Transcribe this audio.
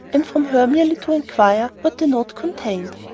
and from her merely to inquire what the note contained.